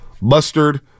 Mustard